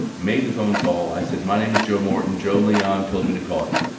made the phone call. i said my name is joe morton joe leon told me to call you.